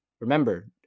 Remember